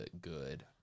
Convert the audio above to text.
good